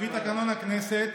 לפי תקנון הכנסת,